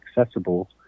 accessible